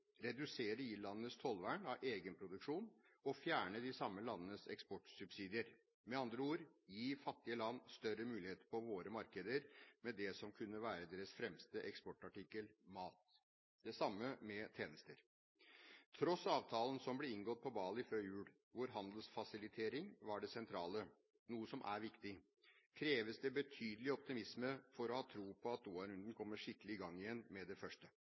redusere i-landenes tollvern av egen produksjon og fjerne de samme landenes eksportsubsidier – med andre ord gi fattige land større muligheter på våre markeder med det som kunne være deres fremste eksportartikkel: mat. Det samme gjelder tjenester. Til tross for avtalen som ble inngått på Bali før jul – hvor handelsfasilitering var det sentrale, noe som er viktig – kreves det betydelig optimisme for å ha tro på at Doha-runden kommer skikkelig i gang igjen med det første.